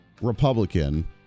Republican